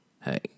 hey